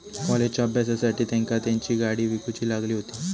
कॉलेजच्या अभ्यासासाठी तेंका तेंची गाडी विकूची लागली हुती